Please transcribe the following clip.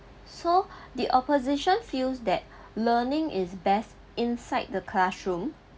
so the opposition feels that learning is best inside the classroom